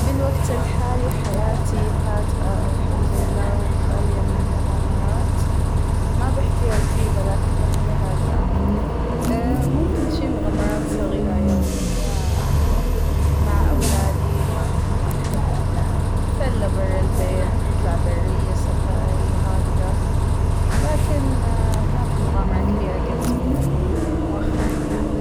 بالوقت الحالى حياتى هادئة الحمد لله ،وخالية من المغامرات ، ما بحكى رتيبة لكن بحكى هادئة ،اا- ممكن شى مغامرات صغيرة يومية ، مع أولادى -نو اا نفل برة البيت ، نطلع برية سفارى هكذا، لكن ما فى مغامرة كبيرة جمت بيها مؤخراً يعنى.